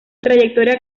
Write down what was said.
trayectoria